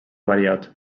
variat